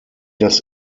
das